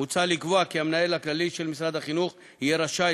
מוצע לקבוע כי המנהל הכללי של משרד החינוך יהיה רשאי